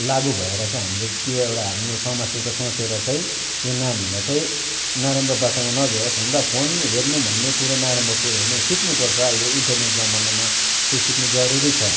लागु भएर चाहिँ हामीले त्यो एउटा हाम्रो समाजले चाहिँ सोचेर चाहिँ यो नानीहरूलाई चाहिँ नराम्रो बाटामा नजाओस् हुन त फोन हेर्नु भन्ने कुरो नराम्रो कुरो होइन सिक्नुपर्छ अहिले इन्टरनेट जमानामा त्यो सिक्नु जरुरी छ